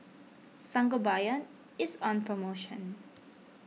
Sangobion is on promotion